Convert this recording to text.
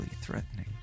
threatening